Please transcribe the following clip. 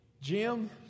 Jim